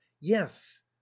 yes